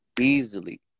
easily